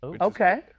Okay